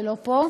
היא לא פה.